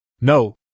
No